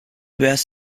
bears